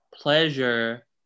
pleasure